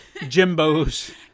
jimbos